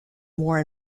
more